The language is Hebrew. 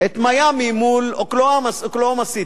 את "מיאמי" מול "אוקלהומה-סיטי".